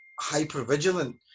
hyper-vigilant